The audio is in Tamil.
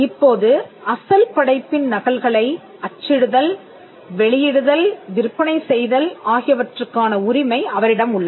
இப்போது அசல் படைப்பின் நகல்களை அச்சிடுதல் வெளியிடுதல் விற்பனை செய்தல் ஆகியவற்றுக்கான உரிமை அவரிடம் உள்ளது